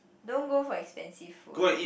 don't go for expensive food